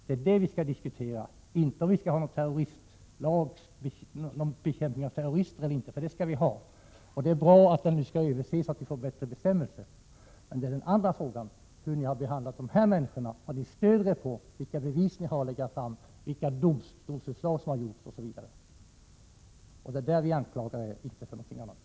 Det är detta vi skall diskutera, inte om det skall finnas någon bekämpning av terrorister eller inte, för det skall vi ha. Det är bra att bestämmelserna skall ses över. Men nu gäller det den andra frågan, hur ni har behandlat de här människorna, vad ni stöder er på och vilka bevis ni har att lägga fram, vilka domstolsutslag som har gjorts osv. Det är på den punkten vi anklagar er, inte för någonting annat.